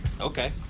Okay